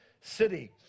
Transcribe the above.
city